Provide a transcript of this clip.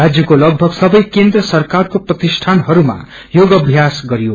राज्यको लगभग सबै केन्द्र सरकारको प्रतिष्ठानहरूमा योगभ्यास गरियो